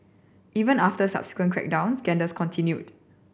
even after a subsequent crackdown scandals continued